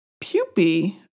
pupae